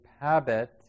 habit